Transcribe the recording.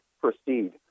proceed